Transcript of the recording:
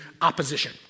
opposition